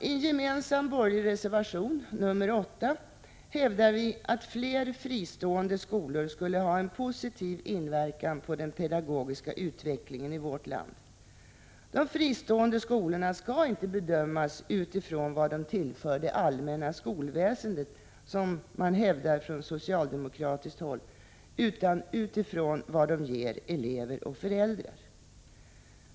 I en gemensam borgerlig reservation — nr 8— hävdar vi att fler fristående skolor skulle ha en positiv inverkan på den pedagogiska utvecklingen i vårt land. De fristående skolorna skall inte bedömas utifrån vad de tillför det allmänna skolväsendet — som man hävdar från socialdemokratiskt håll — utan utifrån vad de ger elever och föräldrar.